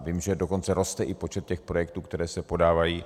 Vím, že dokonce roste i počet těch projektů, které se podávají.